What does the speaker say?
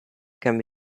can